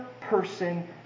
person